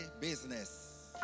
business